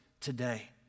today